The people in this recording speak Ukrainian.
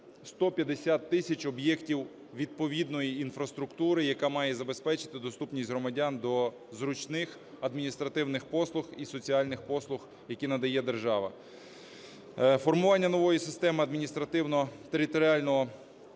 150 тисяч об'єктів відповідної інфраструктури, яка має забезпечити доступність громадян до зручних адміністративних послуг і соціальних послуг, які надає держава. Формування нової системи адміністративно-територіального